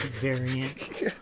variant